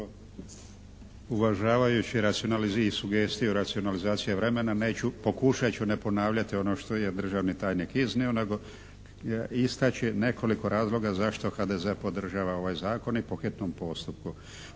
Uvažavajući i sugestije u racionalizaciji vremena neću, pokušat ću ne ponavljati ono što je državni tajnik iznio nego istaći nekoliko razloga zašto HDZ podržava ovaj zakon i po hitnom postupku.